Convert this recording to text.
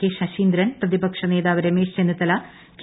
K Saseendran പ്രതിപക്ഷ നേതാവ് Ramesh Chennithala K